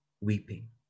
weeping